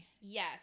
Yes